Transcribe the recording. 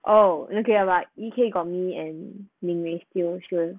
oh okay lah but okay got me and ling mei still sure